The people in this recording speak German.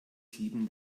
sieben